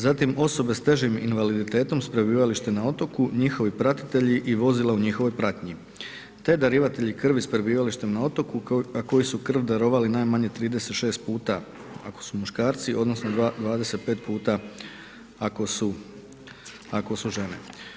Zatim osobe s težim invaliditetom s prebivalištem na otoku, njihovi pratitelji i vozila u njihovoj pratnji te darivatelji krv s prebivalištem na otoku a koji su krv darovali najmanje 36 puta ako su muškarci odnosno 25 puta ako su žene.